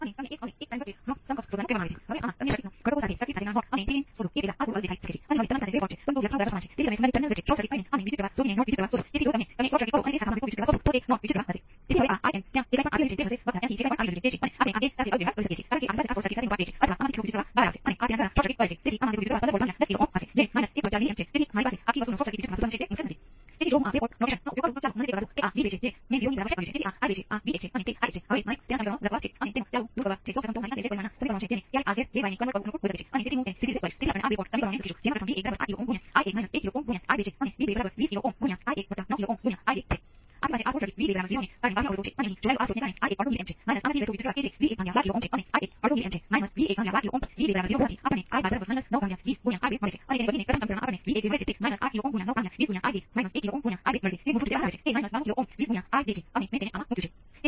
તેથી આને સમય અચળાંક તરીકે ઓળખવામાં આવે છે અને તે અહીં આવે છે કારણ કે ઘણા લોકો આના જેવા હોમોજિનિયસ વિકલન સમીકરણને લખે છે ત્યારે ત્યાં ગુણાંક હોય છે અને તમારી પાસે અહીં 1 ભાંગ્યા Rc છે જે Rc ને ઘાતાંકીય ના Rc સમય અચળાંક જેવા પદોને સાંભળવા ખૂબ સામાન્ય છે